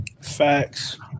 Facts